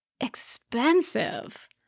expensive